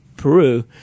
Peru